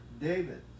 David